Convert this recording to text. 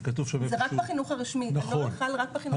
זה רק בחינוך הרשמי, הנוהל חל רק בחינוך הרשמי.